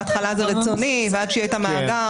בהתחלה זה רצוני, ועד שיהיה את המעבר.